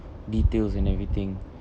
details and everything